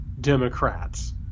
Democrats